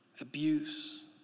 abuse